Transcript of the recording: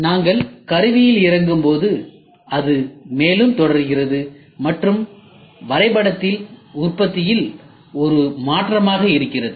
நாங்கள் கருவிகளில் இறங்கும்போது அது மேலும் தொடர்கிறது மற்றும் வரைபடத்தில்உற்பத்தியில் ஒரு மாற்றமாக இருக்கிறது